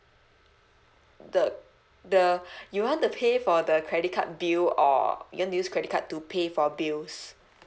the the you want to pay for the credit card bill or you want to use credit card to pay for bills